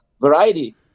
variety